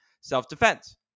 self-defense